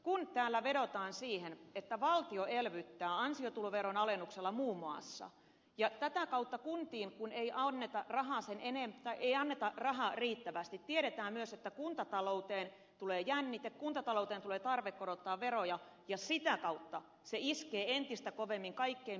kun täällä vedotaan siihen että valtio elvyttää ansiotuloveron alennuksella muun muassa ja kun tätä kautta kuultiin kun ei anneta rahaa sininen kuntiin ei anneta rahaa riittävästi niin tiedetään myös että kuntatalouteen tulee jännite kuntatalouteen tulee tarve korottaa veroja ja sitä kautta se iskee entistä kovemmin kaikkein pienituloisimpiin